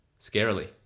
scarily